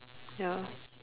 ya